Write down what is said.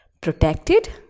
protected